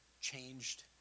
changed